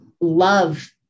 love